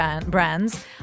brands